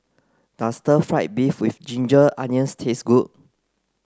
does stir fried beef with ginger onions taste good